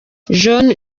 john